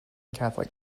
catholic